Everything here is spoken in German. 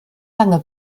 lange